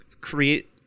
create